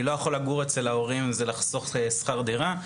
אני לא יכול לגור אצל ההורים זה לחסוך שכר דירה,